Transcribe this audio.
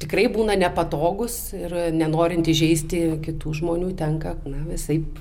tikrai būna nepatogūs ir nenorint įžeisti kitų žmonių tenka na visaip